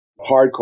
hardcore